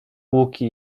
łuki